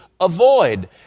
avoid